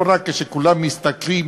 לא רק כשכולם מסתכלים,